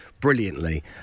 brilliantly